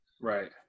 Right